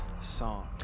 song